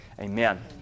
Amen